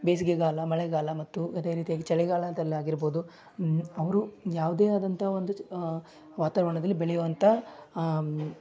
ಬೇಸಿಗೆಗಾಲ ಮಳೆಗಾಲ ಮತ್ತು ಅದೇ ರೀತಿಯಾಗಿ ಚಳಿಗಾಲದಲ್ಲಾಗಿರ್ಬೋದು ಅವರು ಯಾವುದೇ ಆದಂಥ ಒಂದು ವಾತಾವರಣದಲ್ಲಿ ಬೆಳೆಯುವಂಥ